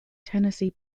tennessee